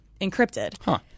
encrypted